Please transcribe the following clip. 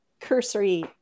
cursory